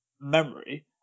memory